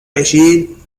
بشین